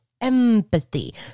empathy